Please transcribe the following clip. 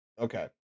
okay